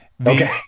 Okay